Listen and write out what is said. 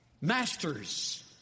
Masters